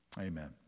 Amen